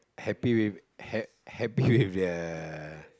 happy with ha~ happy with the